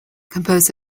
composed